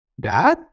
dad